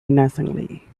menacingly